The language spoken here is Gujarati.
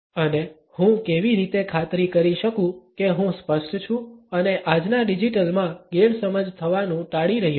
અને હું કેવી રીતે ખાતરી કરી શકું કે હું સ્પષ્ટ છું અને આજના ડિજિટલમાં ગેરસમજ થવાનું ટાળી રહ્યો છું